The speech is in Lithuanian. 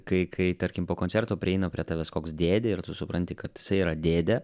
kai kai tarkim po koncerto prieina prie tavęs koks dėdė ir tu supranti kad jisai yra dėdė